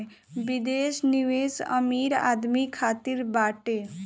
विदेश निवेश अमीर आदमी खातिर बाटे